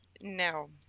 no